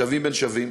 שווים בין שווים,